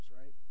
right